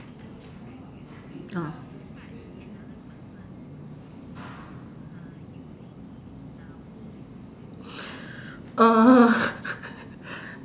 ah err